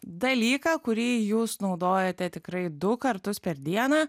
dalyką kurį jūs naudojate tikrai du kartus per dieną